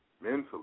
mentally